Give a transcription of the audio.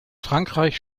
frankreich